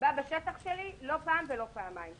שבא בשטח שלי לא פעם ולא פעמיים.